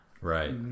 right